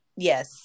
Yes